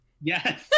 Yes